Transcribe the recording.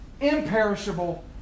imperishable